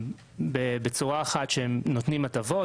בצורה אחת לפיה הם נותנים הטבות,